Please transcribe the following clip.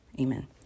amen